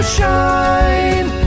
shine